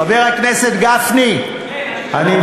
חבר הכנסת גפני, כן, אני פה.